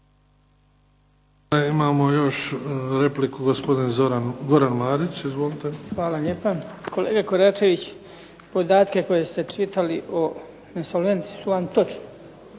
Imamo još repliku, gospodin Goran Marić. Izvolite. **Marić, Goran (HDZ)** Hvala lijepa. Kolega Koračević, podatke koje ste čitali o insolventnosti su vam točni,